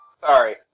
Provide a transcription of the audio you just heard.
Sorry